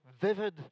vivid